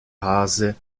haase